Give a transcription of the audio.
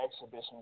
exhibition